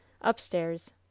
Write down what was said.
Upstairs